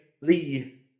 Lee